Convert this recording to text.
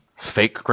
Fake